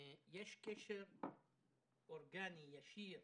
יש קשר אורגני, ישיר,